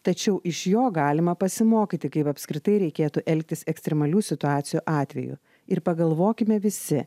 tačiau iš jo galima pasimokyti kaip apskritai reikėtų elgtis ekstremalių situacijų atveju ir pagalvokime visi